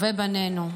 טובי בנינו,